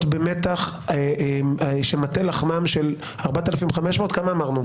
להיות במתח של מטה לחמם של 4,500 כמה אמרנו?